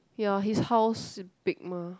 ya his house big mah